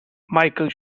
michael